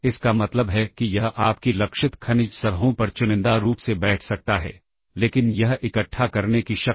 इसलिए मुझे वापसी से पहले पॉप H और पॉप B जैसे निर्देश का उपयोग करना चाहिए